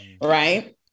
Right